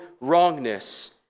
wrongness